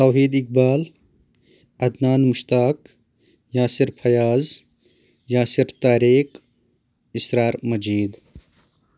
Tauheed Iqbal Adnan Mushtaq Yasir Fayaz Yasir Tariq Israr Majeed